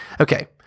Okay